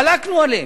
חלקנו עליהם,